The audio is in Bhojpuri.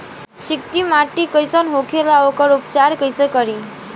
चिकटि माटी कई सन होखे ला वोकर उपचार कई से करी?